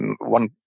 one